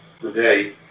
today